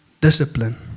discipline